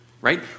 right